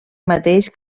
mateix